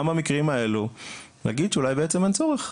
במקרים האלה להגיד שאולי בעצם אין צורך.